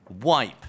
wipe